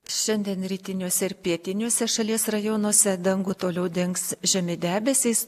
šiandien rytiniuose ir pietiniuose šalies rajonuose dangų toliau dengs žemi debesys